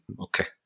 okay